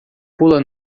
pula